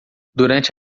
durante